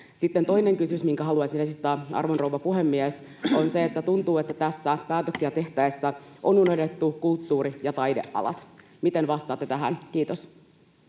toinen kysymys, minkä haluaisin esittää, arvon rouva puhemies: Tuntuu, että tässä päätöksiä tehtäessä on unohdettu kulttuuri- ja taidealat. Miten vastaatte tähän? — Kiitos.